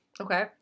Okay